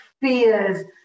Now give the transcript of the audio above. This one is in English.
fears